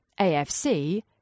AFC –